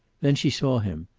then she saw him,